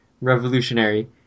revolutionary